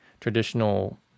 traditional